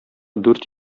дүрт